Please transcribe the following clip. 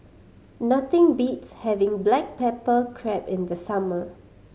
nothing beats having black pepper crab in the summer